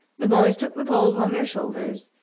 the boys took the poles on their shoulders,